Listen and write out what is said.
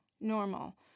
normal